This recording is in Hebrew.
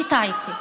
אני טעיתי.